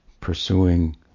pursuing